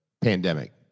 pandemic